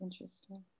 Interesting